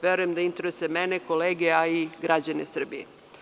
Verujem da interesuje mene, kolege a i građane Srbije.